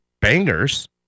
bangers